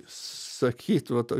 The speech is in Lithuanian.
sakyt vat